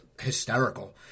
hysterical